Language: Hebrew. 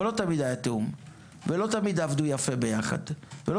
אבל לא תמיד היה תיאום ולא תמיד עבדו יפה ביחד ולא